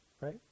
Right